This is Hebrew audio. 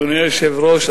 אדוני היושב-ראש,